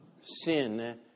sin